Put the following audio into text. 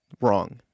wrong